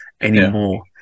anymore